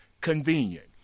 convenient